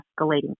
escalating